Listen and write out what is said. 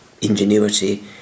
ingenuity